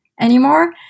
anymore